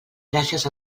gràcies